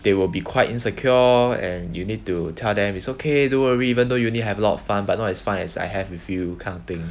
they will be quite insecure and you need to tell them it's okay don't worry even though you only have a lot of fun but not as fun as I have with you kind of thing